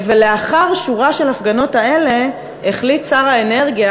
ולאחר שורת ההפגנות האלה החליט שר האנרגיה,